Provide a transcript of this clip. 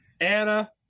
Anna